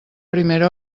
primera